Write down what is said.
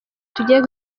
tugiye